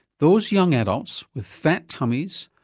those young adults with fat tummies,